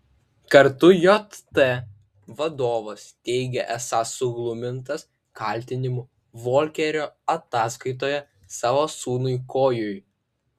kartu jt vadovas teigė esąs suglumintas kaltinimų volkerio ataskaitoje savo sūnui kojui